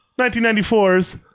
1994's